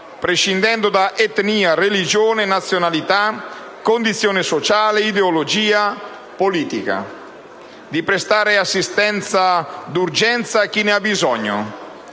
prescindendo da etnia, religione, nazionalità, condizione sociale ed ideologia politica; di prestare assistenza d'urgenza a chi ne ha bisogno».